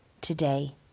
Today